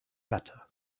better